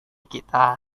kita